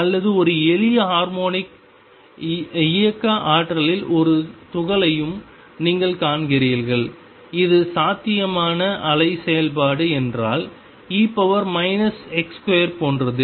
அல்லது ஒரு எளிய ஹார்மோனிக் இயக்க ஆற்றலில் ஒரு துகளையும் நீங்கள் காண்கிறீர்கள் இது சாத்தியமான அலை செயல்பாடு என்றால் e x2 போன்றது